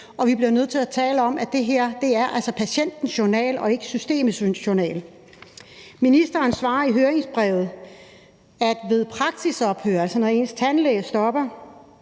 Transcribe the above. vi bliver nødt til at tale om, at det her altså er patientens journal og ikke systemets journal. Ministeren svarer i høringsnotatet, at ved praksisophør, altså når ens tandlæge stopper,